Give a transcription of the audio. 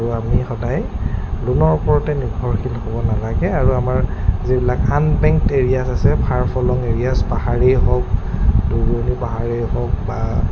আৰু আমি সদায় লোনৰ ওপৰতে নিৰ্ভৰশীল হ'ব নালাগে আৰু আমাৰ যিবিলাক আন বেংক এৰিয়াজ আছে ফাৰ ফৰ লং এৰিয়াজ পাহাৰেই হওক পাহাৰেই হওক বা